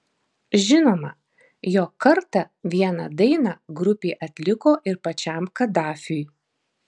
žinoma jog kartą vieną dainą grupė atliko ir pačiam kadafiui